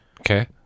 Okay